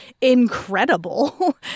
incredible